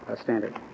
standard